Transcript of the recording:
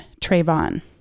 Trayvon